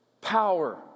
Power